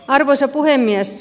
arvoisa puhemies